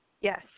Yes